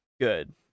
good